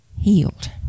healed